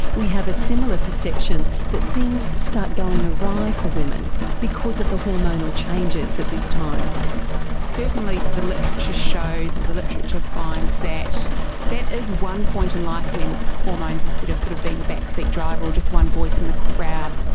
we have a similar perception that things start going awry for women because of the hormonal changes at this timesarah mckay certainly the literature shows or the literature finds that that is one point in life when hormones, instead of sort of being a backseat driver or just one voice in the crowd,